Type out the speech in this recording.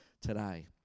today